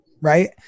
right